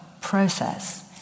process